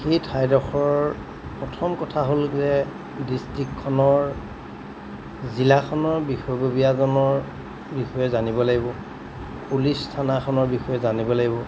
সেই ঠাইডখৰ প্ৰথম কথা হ'ল যে ডিষ্ট্ৰিক্টখনৰ জিলাখনৰ বিষয় ববীয়াজনৰ বিষয়ে জানিব লাগিব পুলিচ থানাখনৰ বিষয়ে জানিব লাগিব